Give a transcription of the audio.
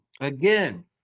again